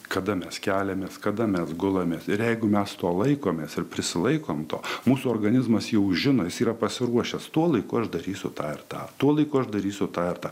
kada mes keliamės kada mes gulamės ir jeigu mes to laikomės ir prisilaikom to mūsų organizmas jau žino jis yra pasiruošęs tuo laiku aš darysiu tą ir tą tuo laiku aš darysiu tą ir tą